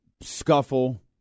scuffle